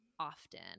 Often